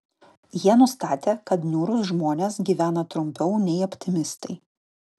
jie nustatė kad niūrūs žmonės gyvena trumpiau nei optimistai